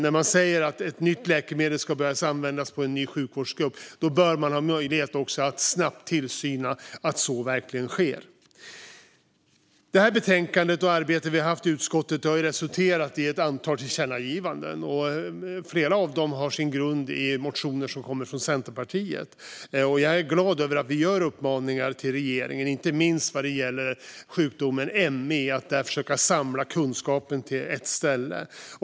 När man säger att ett nytt läkemedel ska börja användas i en ny sjukvårdsgrupp bör också man ha möjlighet att snabbt kontrollera att så verkligen sker. Det arbete vi gjort i utskottet har resulterat i ett antal förslag till tillkännagivanden i detta betänkande. Flera av dessa har sin grund i motioner som kommer från Centerpartiet. Jag är glad över att utskottet föreslår uppmaningar till regeringen, inte minst vad gäller sjukdomen ME och att försöka samla kunskapen om denna på ett ställe.